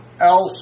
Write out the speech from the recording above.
else